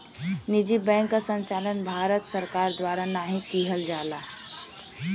निजी बैंक क संचालन भारत सरकार द्वारा नाहीं किहल जाला